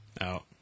Out